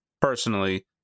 personally